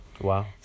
wow